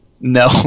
No